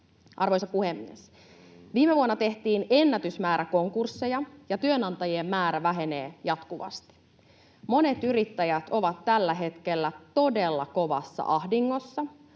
Arvoisa puhemies! Viime vuonna tehtiin ennätysmäärä konkursseja, ja työnantajien määrä vähenee jatkuvasti. Monet yrittäjät ovat tällä hetkellä todella kovassa ahdingossa